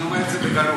אני אומר את זה בגלוי,